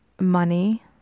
money